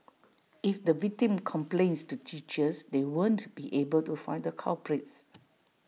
if the victim complains to teachers they won't be able to find the culprits